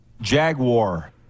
Jaguar